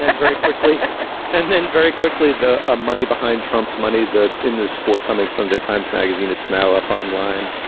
and very quickly and then very quickly, the ah money behind trump's money that in this forthcoming sunday times magazine, it's now up online.